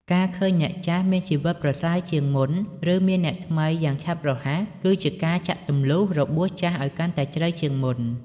ការឃើញអ្នកចាស់មានជីវិតប្រសើរជាងមុន ឬមានអ្នកថ្មីយ៉ាងឆាប់រហ័ស គឺជាការចាក់ទម្លុះរបួសចាស់ឱ្យកាន់តែជ្រៅជាងមុន។